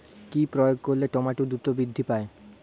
কি প্রয়োগ করলে টমেটো দ্রুত বৃদ্ধি পায়?